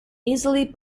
easily